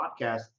podcast